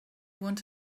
want